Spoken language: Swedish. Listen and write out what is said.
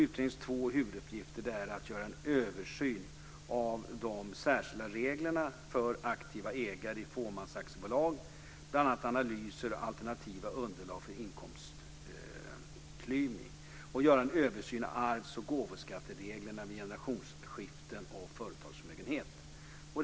Utredningens två huvuduppgifter är att göra en översyn av de särskilda reglerna för aktiva ägare i fåmansaktiebolag, bl.a. analyser av alternativa underlag för inkomstklyvning, och göra en översyn av arvs och gåvoskattereglerna vid generationsskiften och reglerna för företagsförmögenhet.